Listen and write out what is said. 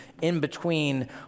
in-between